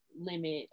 limit